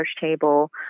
table